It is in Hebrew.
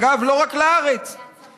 אגב, לא רק לארץ, מהצבא.